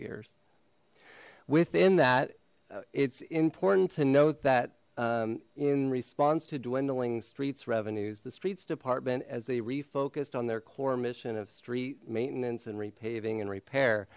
years within that it's important to note that in response to dwindling streets revenues the streets department as they refocused on their core mission of street maintenance and repaving and repair